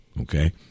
okay